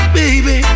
baby